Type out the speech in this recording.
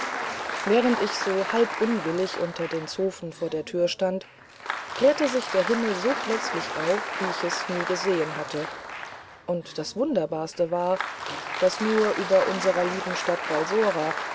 während ich so halb unwillig unter den zofen vor der türe stand klärte sich der himmel so plötzlich auf wie ich es nie gesehen hatte und das wunderbarste war daß nur über unserer lieben stadt